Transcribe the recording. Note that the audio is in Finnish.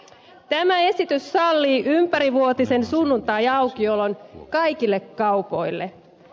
tämä esitys sallii ympärivuotisen sunnuntaiaukiolon kaikille kaupoille